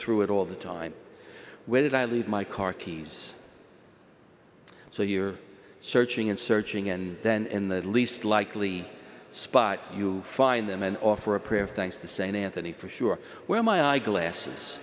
through it all the time where did i leave my car keys so you're searching and searching and then in the least likely spot you find them and offer a prayer of thanks to saint anthony for sure where my eyeglasses